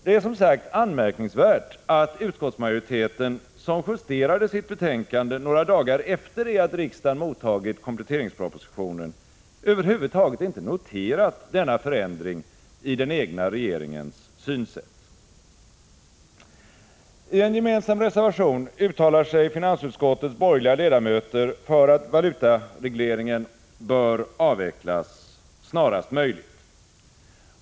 Det är som sagt anmärkningsvärt att utskottsmajoriteten, som justerade sitt betänkande några dagar efter det att riksdagen mottagit kompletteringspropositionen, över huvud taget inte noterat denna förändring i den egna regeringens synsätt. I en gemensam reservation uttalar sig finansutskottets borgerliga ledamöter för att valutaregleringen bör avvecklas snarast möjligt.